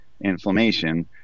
inflammation